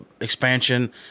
expansion